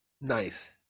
Nice